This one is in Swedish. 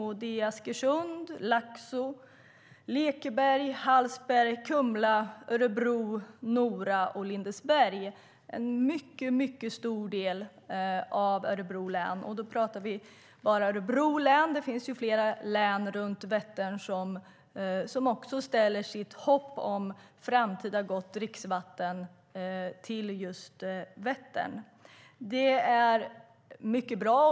Det är Askersund, Laxå, Lekeberg, Hallsberg, Kumla, Örebro, Nora och Lindesberg. Det är en mycket stor del av Örebro län, och då pratar vi bara om Örebro län - det finns ju flera län runt Vättern som också ställer sitt hopp om framtida gott dricksvatten till just Vättern.